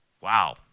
Wow